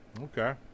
Okay